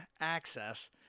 access